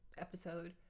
episode